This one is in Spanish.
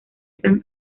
san